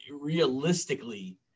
realistically